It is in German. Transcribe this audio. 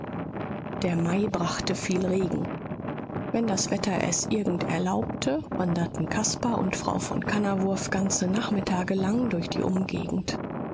der mai brachte viel regen wenn das wetter es irgend erlaubte wanderten caspar und frau von kannawurf ganze nachmittage lang durch die umgegend